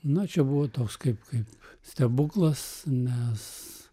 na čia buvo toks kaip kaip stebuklas nes